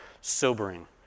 sobering